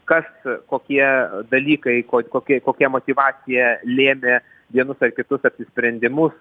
kas kokie dalykai ko kokia kokia motyvacija lėmė vienus ar kitus sprendimus